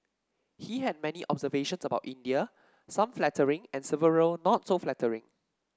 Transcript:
he had many observations about India some flattering and several not so flattering